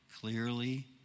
clearly